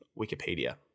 Wikipedia